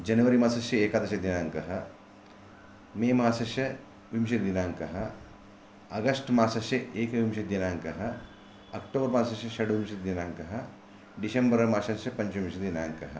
जनवरीमासस्य एकादश दिनाङ्कः मे मासस्य विंशति दिनाङ्क्ः आगष्ट् मासस्य एकविंशतिदिनाङ्कः अक्टोबर् मासस्य षड्विशति दिनाङ्कः डिसेम्वर् मासस्य पञ्चविंशति दिनाङ्कः